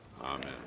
Amen